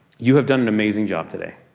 you have done an amazing job today.